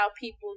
people